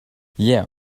yeah